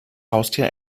haustier